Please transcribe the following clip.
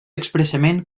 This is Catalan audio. expressament